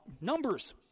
numbers